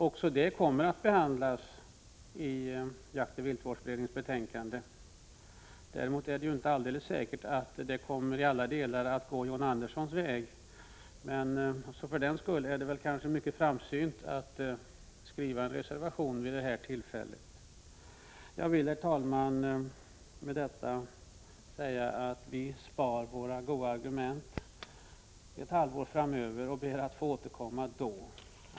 Även dessa frågor tas upp i jaktoch viltvårdsberedningens betänkande. Däremot är det inte alldeles säkert att jaktoch viltvårdsberedningen i alla delar kommer att gå John Anderssons väg. Därför är det kanske mycket framsynt av John Andersson att avge reservationer till detta betänkande. Jag vill, herr talman, med det anförda säga att vi spar våra goda argument ett halvår framöver och ber att få återkomma då.